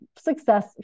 success